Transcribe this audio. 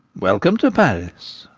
welcome to paris.